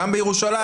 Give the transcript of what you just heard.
גם בירושלים,